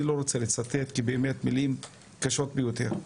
אני לא רוצה לצטט כי באמת מילים קשות ביותר.